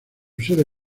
sede